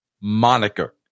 moniker